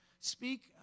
Speak